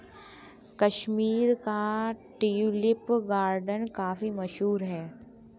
कश्मीर का tulip garden काफी मशहूर है